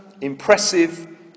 impressive